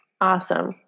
Awesome